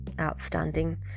outstanding